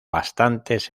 bastantes